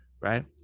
right